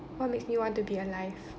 what makes me want to be alive